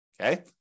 Okay